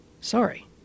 sorry